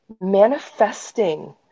manifesting